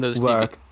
work